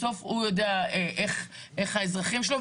בסוף הוא מכיר את האזרחים שלו,